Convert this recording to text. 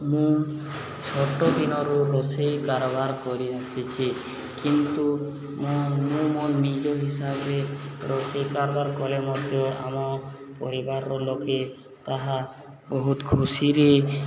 ମୁଁ ଛୋଟ ଦିନରୁ ରୋଷେଇ କାରବାର କରିଆସିଛି କିନ୍ତୁ ମୁଁ ମୁଁ ମୋ ନିଜ ହିସାବରେ ରୋଷେଇ କାରବାର କଲେ ମଧ୍ୟ ଆମ ପରିବାରର ଲୋକେ ତାହା ବହୁତ ଖୁସିରେ